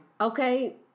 okay